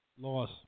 Loss